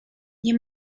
nie